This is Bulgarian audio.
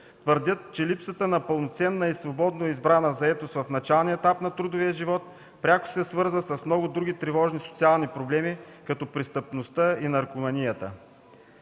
твърдят, че липсата на пълноценна и свободно избрана заетост в началния етап на трудовия живот пряко се свързва с много други тревожни социални проблеми като престъпността и наркоманията.